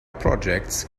projects